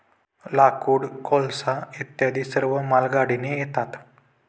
लाकूड, कोळसा इत्यादी सर्व मालगाडीने येतात